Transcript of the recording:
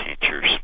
teachers